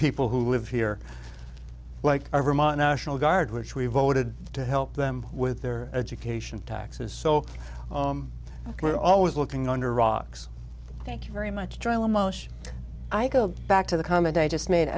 people who live here like vermont national guard which we voted to help them with their education taxes so we're always looking under rocks thank you very much i go back to the come a day just made